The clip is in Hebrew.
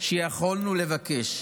שיכולנו לבקש,